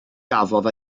gafodd